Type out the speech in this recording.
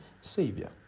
Savior